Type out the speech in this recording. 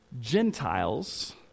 Gentiles